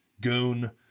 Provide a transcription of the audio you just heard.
goon